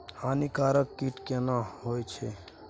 हानिकारक कीट केना कोन छै?